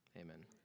Amen